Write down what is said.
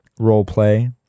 role-play